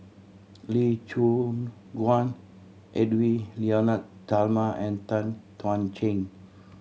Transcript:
Lee Choon Guan Edwy Lyonet Talma and Tan Thuan Heng